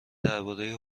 دربارهی